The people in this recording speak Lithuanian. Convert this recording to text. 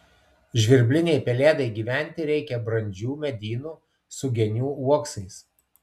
žvirblinei pelėdai gyventi reikia brandžių medynų su genių uoksais